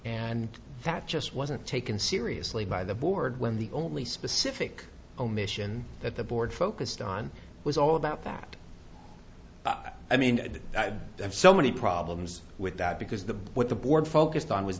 and that just wasn't taken seriously by the board when the only specific omission that the board focused on was all about that i mean i'd have so many problems with that because the what the board focused on w